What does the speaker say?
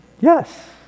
Yes